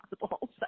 possible